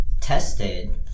tested